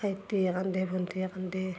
ভাইটিয়ে কান্দে ভন্টিয়ে কান্দে